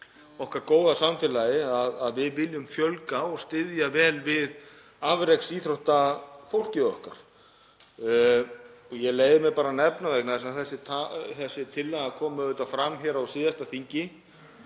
okkar góða samfélagi að við viljum fjölga og styðja vel við afreksíþróttafólkið okkar. Ég leyfi mér bara að nefna vegna þess að þessi tillaga kom fram hér á síðasta þingi